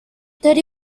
thirty